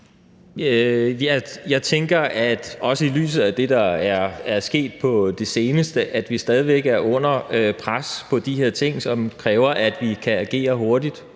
Jeg tænker – også i lyset af det, der er sket på det seneste – at vi stadig væk er under pres med de her ting, som kræver, at vi kan agere hurtigt,